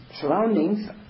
surroundings